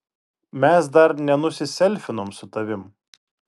mes dar nenusiselfinom su tavim